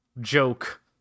joke